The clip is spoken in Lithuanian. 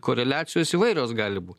koreliacijos įvairios gali būt